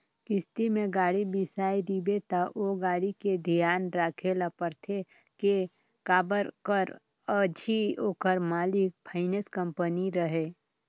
किस्ती में गाड़ी बिसाए रिबे त ओ गाड़ी के धियान राखे ल परथे के काबर कर अझी ओखर मालिक फाइनेंस कंपनी हरय